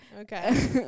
Okay